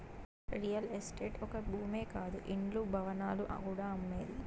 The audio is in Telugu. రియల్ ఎస్టేట్ ఒక్క భూమే కాదు ఇండ్లు, భవనాలు కూడా అమ్మేదే